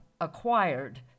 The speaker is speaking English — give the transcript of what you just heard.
acquired